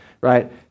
right